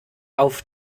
auf